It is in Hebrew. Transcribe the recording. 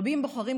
רבים בוחרים,